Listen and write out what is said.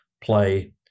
play